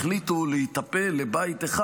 החליטו להיטפל לבית אחד.